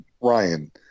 Ryan